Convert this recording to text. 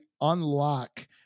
unlock